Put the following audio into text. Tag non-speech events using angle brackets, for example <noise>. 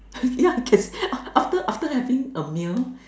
<laughs> ya can after after having a meal